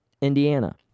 Indiana